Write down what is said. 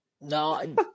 No